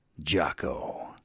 Jocko